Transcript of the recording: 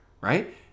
right